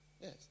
Yes